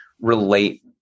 relate